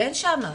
אין שם,